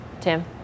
Tim